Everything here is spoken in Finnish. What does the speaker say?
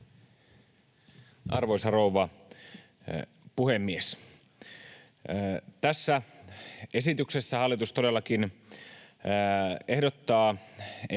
Arvoisa rouva puhemies! Tässä esityksessä hallitus todellakin ehdottaa,